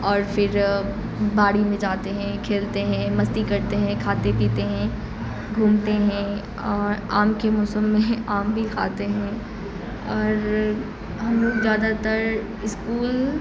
اور پھر باڑی میں جاتے ہیں کھیلتے ہیں مستی کرتے ہیں کھاتے پیتے ہیں گھومتے ہیں اور آم کے موسم میں آم بھی کھاتے ہیں اور ہم لوگ زیادہ تر اسکول